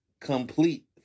complete